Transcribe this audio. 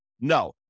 No